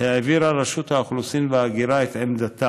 העבירה רשות האוכלוסין וההגירה את עמדתה,